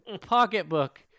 pocketbook